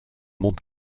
monte